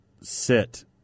sit